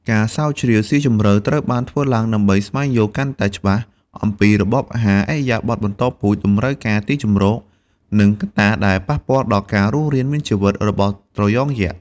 ការស្រាវជ្រាវស៊ីជម្រៅត្រូវបានធ្វើឡើងដើម្បីស្វែងយល់កាន់តែច្បាស់អំពីរបបអាហារ ឥរិយាបថបន្តពូជ តម្រូវការទីជម្រក និងកត្តាដែលប៉ះពាល់ដល់ការរស់រានមានជីវិតរបស់ត្រយងយក្ស។